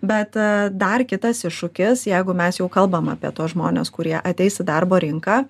bet dar kitas iššūkis jeigu mes jau kalbam apie tuos žmones kurie ateis į darbo rinką